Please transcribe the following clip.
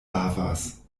lavas